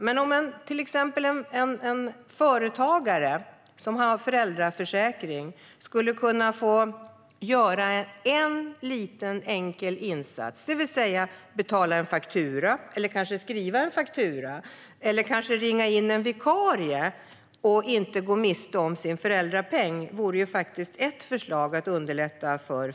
Men om en företagare som har föräldraförsäkring skulle kunna få göra en liten enkel insats, till exempel betala en faktura, skriva en faktura eller kanske ringa in en vikarie, utan att gå miste om sin föräldrapeng skulle det faktiskt underlätta.